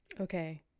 Okay